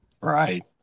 right